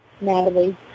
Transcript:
Natalie